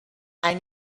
and